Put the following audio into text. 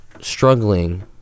struggling